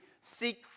seek